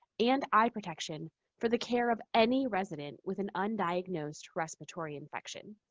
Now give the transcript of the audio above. and eye protection for the care of any resident with an undiagnosed respiratory infection,